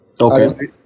Okay